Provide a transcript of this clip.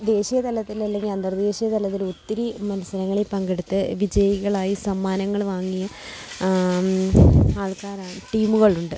ദേശീയതലത്തിൽ അല്ലെങ്കില് അന്തർദേശീയ തലത്തിൽ ഒത്തിരി മത്സരങ്ങളിൽ പങ്കെടുത്ത് വിജയികളായി സമ്മാനങ്ങള് വാങ്ങിയ ആൾക്കാരാണ് ടീമുകളുണ്ട്